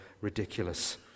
ridiculous